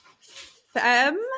fem